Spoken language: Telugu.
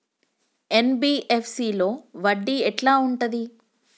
ఎన్.బి.ఎఫ్.సి లో వడ్డీ ఎట్లా ఉంటది?